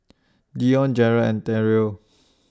Dione Jerrod and Terrill